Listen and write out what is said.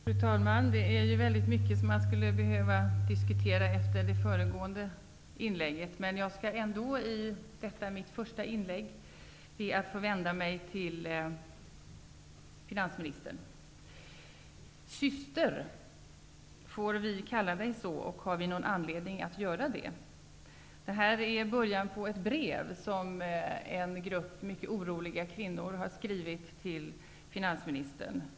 Fru talman! Det finns mycket som man skulle behöva diskutera efter det föregående inlägget. Men i detta mitt första inlägg skall jag ändock be att få vända mig till finansministern. En grupp mycket oroliga kvinnor i Växjö kommun har skrivit till finansministern.